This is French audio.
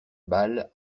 balle